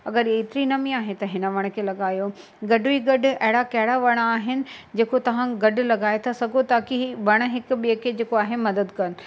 अगरि एतिरी नमी आहे त हिन वण खे लॻायो गॾु ई गॾु अहिड़ा कहिड़ा वण आहिनि जेको तव्हां गॾु लॻाए था सघो ताकि ही वण हिक ॿिएं खे जेको आहे मदद कनि